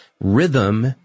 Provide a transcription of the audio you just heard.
rhythm